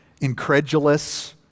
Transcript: incredulous